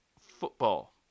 Football